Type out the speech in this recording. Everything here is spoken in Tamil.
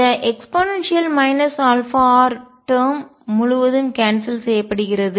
இந்த e αr டேர்ம் முழுவதும் கான்செல் செய்யப்படுகிறது